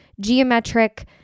geometric